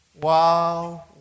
Wow